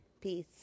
peace